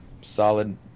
solid